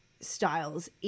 styles